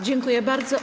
Dziękuję bardzo.